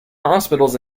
hospitals